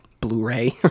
Blu-ray